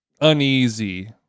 uneasy